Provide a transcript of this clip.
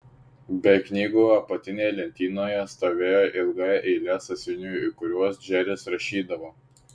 be knygų apatinėje lentynoje stovėjo ilga eilė sąsiuvinių į kuriuos džeris rašydavo